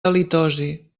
halitosi